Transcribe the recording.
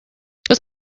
those